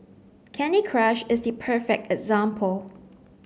Candy Crush is the perfect example